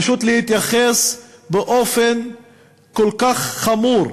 פשוט להתייחס באופן מאוד חמור,